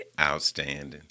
Outstanding